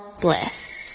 Bliss